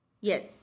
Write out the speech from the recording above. Yes